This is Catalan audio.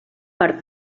per